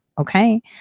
Okay